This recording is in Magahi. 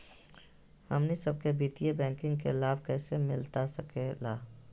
हमनी सबके वित्तीय बैंकिंग के लाभ कैसे मिलता सके ला?